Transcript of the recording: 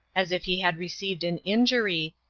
as if he had received an injury,